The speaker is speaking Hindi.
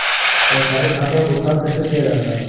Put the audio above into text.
सरकारी खातों में भुगतान कैसे किया जाता है?